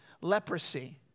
leprosy